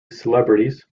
celebrities